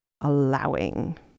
Allowing